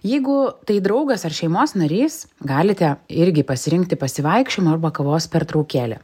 jeigu tai draugas ar šeimos narys galite irgi pasirinkti pasivaikščiojimą arba kavos pertraukėlę